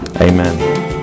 Amen